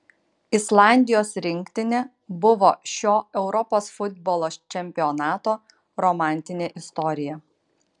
islandijos rinktinė buvo šio europos futbolo čempionato romantinė istorija